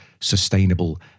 sustainable